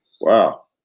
Wow